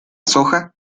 soja